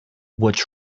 which